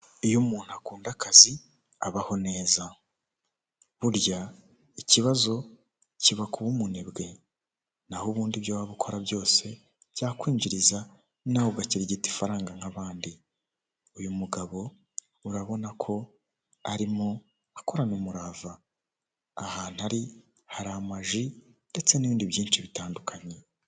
Mu muhanda hari abantu benshi bari guturuka mu mpande zitandukanye. Hari umuhanda w'abanyamaguru hejuru hari na kaburimbo iri kunyuramo moto hagati aho abantu ba bari kunyura cyangwa ku mpande z'uwo muhanda abanyamaguru bari kunyuramo hari inyubako ku ruhande rw'iburyo no kuhande rw'ibumoso hino hari ipoto.